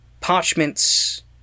parchments